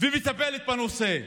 ומטפלת בנושא,